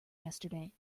yesterday